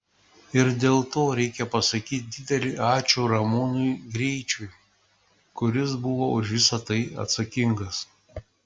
ir dėl to reikia pasakyti didelį ačiū ramūnui greičiui kuris buvo už visa tai atsakingas